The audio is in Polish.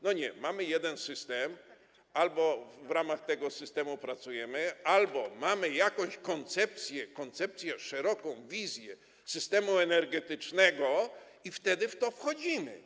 Nie, mamy jeden system i w ramach tego systemu pracujemy albo mamy jakąś koncepcję, szeroką wizję systemu energetycznego i wtedy w to wchodzimy.